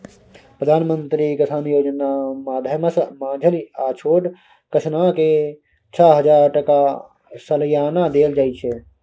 प्रधानमंत्री किसान योजना माध्यमसँ माँझिल आ छोट किसानकेँ छअ हजार टका सलियाना देल जाइ छै